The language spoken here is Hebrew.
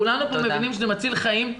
כולנו פה מבינים שזה מציל חיים.